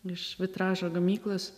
iš vitražo gamyklos